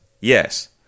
yes